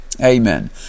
Amen